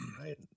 Right